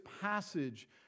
passage